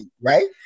right